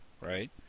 right